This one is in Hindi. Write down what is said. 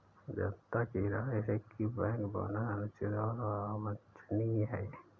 जनता की राय है कि बैंक बोनस अनुचित और अवांछनीय है